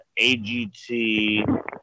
AGT